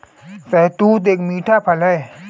शहतूत एक मीठा फल है